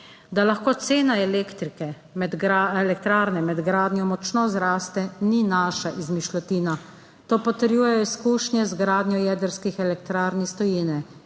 elektrike med elektrarne med gradnjo močno zraste, ni naša izmišljotina. To potrjujejo izkušnje z gradnjo jedrskih elektrarn iz tujine.